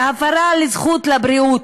זו הפרה של הזכות לבריאות,